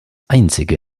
einzige